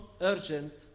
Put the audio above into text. urgent